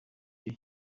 icyo